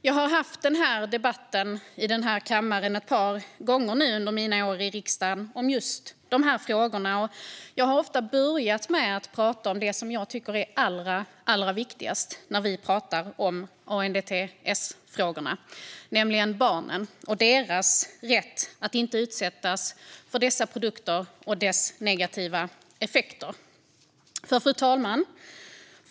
Jag har haft debatter om just dessa frågor här i kammaren ett par gånger nu under mina år i riksdagen, och jag har ofta börjat med att prata om det som jag tycker är allra viktigast när vi talar om ANDTS-frågorna, nämligen barnen och deras rätt att inte utsättas för dessa produkter och deras negativa effekter. Fru talman!